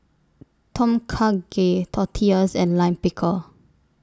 Tom Kha Gai Tortillas and Lime Pickle